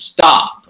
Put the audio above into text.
stop